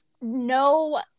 No